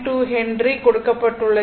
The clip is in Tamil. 2 ஹென்றி கொடுக்கப்பட்டுள்ளது